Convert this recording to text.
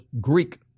Greek